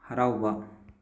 ꯍꯔꯥꯎꯕ